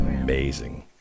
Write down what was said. Amazing